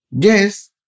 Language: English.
Yes